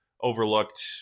overlooked